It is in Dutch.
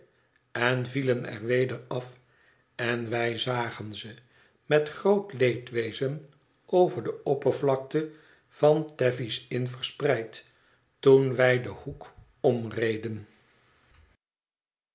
en vielen er weder af en wij zagen ze met groot leedwezen over de oppervlakte van thavies inn verspreid toen wij den hoek omreden